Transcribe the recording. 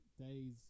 days